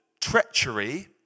treachery